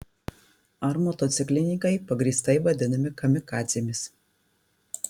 ar motociklininkai pagrįstai vadinami kamikadzėmis